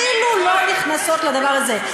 אפילו לא נכנסות לדבר הזה.